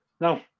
No